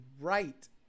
right